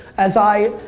as i,